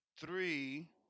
three